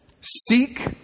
seek